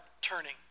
turning